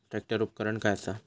Tractor उपकरण काय असा?